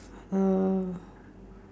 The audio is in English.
uh